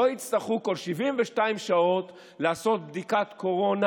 לא יצטרכו כל 72 שעות לעשות בדיקת קורונה,